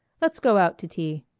let's go out to tea.